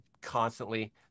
constantly